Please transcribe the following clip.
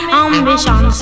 ambition